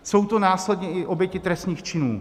Jsou to následně i oběti trestných činů.